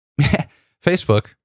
Facebook